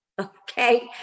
okay